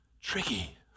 tricky